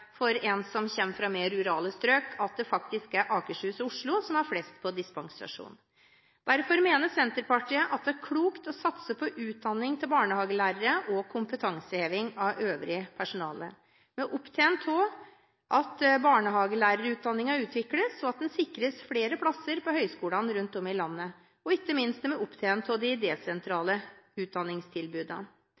for en som kommer fra mer rurale strøk, at det faktisk er Akershus og Oslo som har flest på dispensasjon. Derfor mener Senterpartiet at det er klokt å satse på utdanning av barnehagelærere og kompetanseheving av øvrig personale. Vi er opptatt av at barnehagelærerutdanningen utvikles, og at den sikres flere plasser på høgskolene rundt om i landet, og ikke minst er vi opptatt av de desentrale